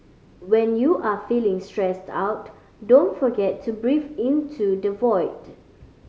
when you are feeling stressed out don't forget to breathe into the void